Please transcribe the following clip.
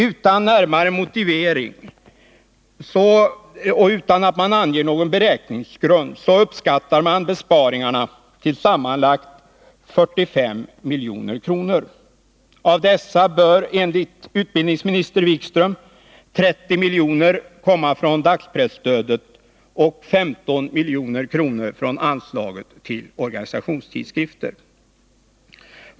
Utan närmare motivering och utan att man anger någon beräkningsgrund uppskattar man besparingarna till sammanlagt 45 milj.kr. Av dessa bör enligt utbildningsministern Wikström 30 miljoner komma från dagspresstödet och 15 miljoner från anslaget till organisationstidskrifter.